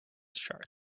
chart